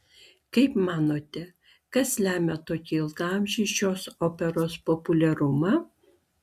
kaip manote kas lemia tokį ilgaamžį šios operos populiarumą